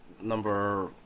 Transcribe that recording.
number